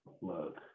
Look